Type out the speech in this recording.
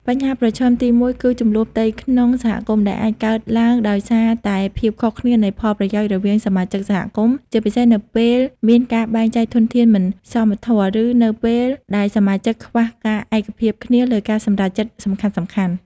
បញ្ហាប្រឈមទីមួយគឺ ជម្លោះផ្ទៃក្នុងសហគមន៍ ដែលអាចកើតឡើងដោយសារតែភាពខុសគ្នានៃផលប្រយោជន៍រវាងសមាជិកសហគមន៍ ជាពិសេសនៅពេលមានការបែងចែកធនធានមិនសមធម៌ ឬនៅពេលដែលសមាជិកខ្វះការឯកភាពគ្នាលើការសម្រេចចិត្តសំខាន់ៗ។